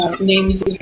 names